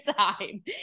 time